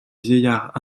vieillards